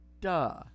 Duh